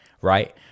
right